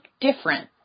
different